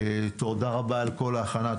תודה רבה על כל ההכנה,